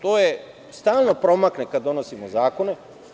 To stalno promakne kada donosimo zakone.